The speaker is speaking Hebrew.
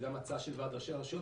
זו גם הצעה של ועד ראשי הרשויות,